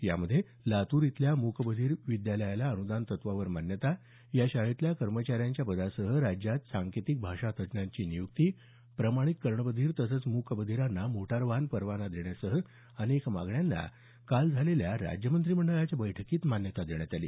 यामध्ये लातूर इथल्या मुकबधीर विद्यालयाला अनुदान तत्वावर मान्यता या शाळेतील कर्मचाऱ्यांच्या पदासह राज्यात सांकेतिक भाषा तज्ज्ञांची नियुक्ती प्रमाणित कर्णबधीर तसंच मुकबधीरांना मोटार वाहन परवाना देण्यासह अनेक मागण्यांना काल झालेल्या राज्य मंत्रिमंडळाच्या बैठकीत मान्यता देण्यात आली